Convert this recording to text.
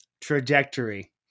trajectory